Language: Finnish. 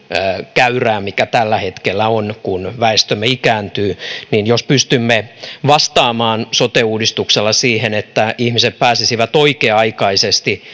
käyrää mikä tällä hetkellä on kun väestömme ikääntyy jos pystymme vastaamaan sote uudistuksella siihen että ihmiset pääsisivät oikea aikaisesti